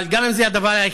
מציונה,